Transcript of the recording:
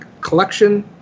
collection